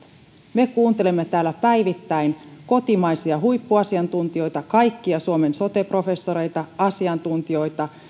me kuuntelemme täällä päivittäin kotimaisia huippuasiantuntijoita kaikkia suomen sote professoreita asiantuntijoita